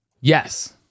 Yes